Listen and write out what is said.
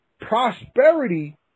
prosperity